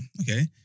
Okay